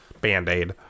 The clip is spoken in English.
band-aid